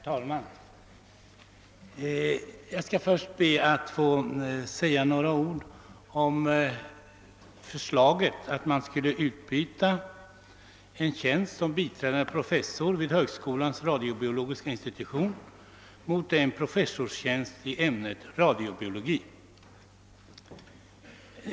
Herr talman! Jag skall först be att få säga några ord om förslaget att utbyta en tjänst som biträdande professor vid högskolans radiobiologiska institution mot en professur i ämnet radiobiologi.